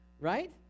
right